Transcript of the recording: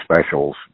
specials